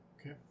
okay